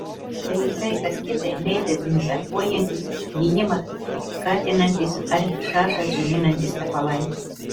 tai visai kas kita nei dezinfekuojantys gijimą skatinantys ar šašą džiovinantys tepalai